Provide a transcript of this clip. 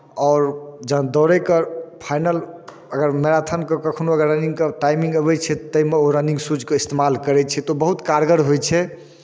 आओर जखन दौड़ैके फाइनल अगर मैराथनके कखनहु अगर रनिंगके टाइमिंग अबै छै ताहिमे ओ रनिंग सूजके इस्तेमाल करै छै तऽ बहुत कारगर होइ छै